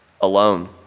alone